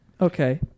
Okay